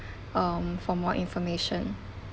um for more information